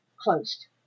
closed